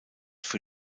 für